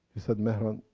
he said, mehran,